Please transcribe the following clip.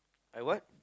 I what